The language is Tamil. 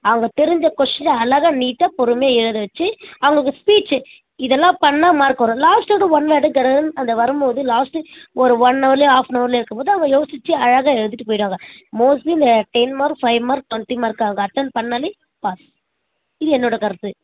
அவங்க தெரிஞ்ச கோஸினே அழகா நீட்டாக பொறுமையாக எழுத வச்சு அவங்களுக்கு ஸ்பீச்சு இதெல்லாம் பண்ணால் மார்க் வரும் லாஸ்ட்டு ஒன் வேர்டு கடகடன்னு அந்த வரும் போது லாஸ்ட்டு ஒரு ஒன்னவர்லயோ ஹாஃப்னவர்லையோ இருக்கும் போது அவங்க யோசிச்சு அழகா எழுதிட்டு போயிடுவாங்கா mostly ten mark five mark twenty mark அவங்க அட்டென்ட் பண்ணாலே பாஸ் இது என்னோட கருத்து